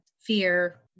fear